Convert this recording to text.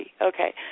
Okay